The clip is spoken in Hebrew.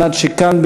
כדי שכאן,